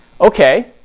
Okay